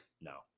No